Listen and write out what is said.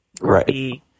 Right